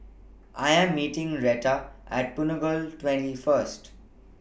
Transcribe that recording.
I Am meeting Reta At Punggol twenty First